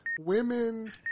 Women